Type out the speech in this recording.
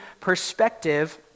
perspective